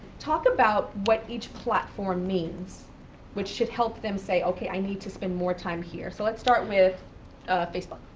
talk about what each platform means which should help them say, okay, i need to spend more time here. so let's start with facebook.